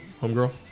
Homegirl